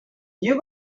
you